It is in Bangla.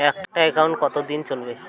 একটা একাউন্ট কতদিন চলিবে?